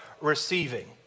receiving